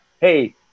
hey